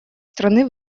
страны